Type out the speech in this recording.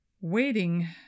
Waiting